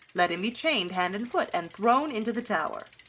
let him be chained hand and foot, and thrown into the tower.